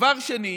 דבר שני,